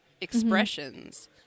expressions